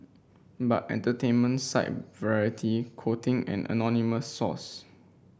but entertainment site Variety quoting an anonymous source